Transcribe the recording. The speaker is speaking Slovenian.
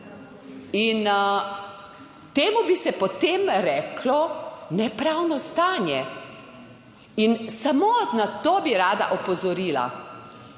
in temu bi se potem reklo nepravno stanje. In samo na to bi rada opozorila.